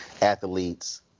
athletes